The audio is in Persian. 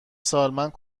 سالمند